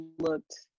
looked